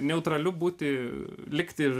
neutraliu būti likti ir